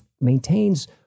maintains